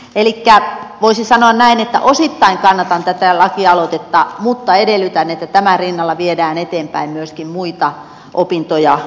elikkä voisi sanoa näin että osittain kannatan tätä lakialoitetta mutta edellytän että tämän rinnalla viedään eteenpäin myöskin muita opintoja nopeuttavia järjestelmiä